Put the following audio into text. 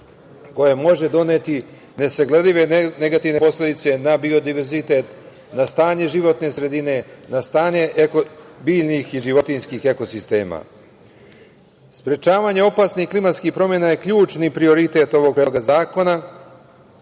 koje može doneti nesagledive negativne posledice na biodiverzitet, na stanje životne sredine, na stanje biljnih i životinjskih ekosistema. Sprečavanje opasnih klimatskih promena je ključni prioritet ovog predloga zakona